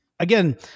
Again